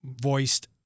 voiced